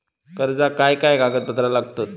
कर्जाक काय काय कागदपत्रा लागतत?